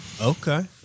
okay